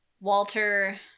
Walter